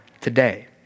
today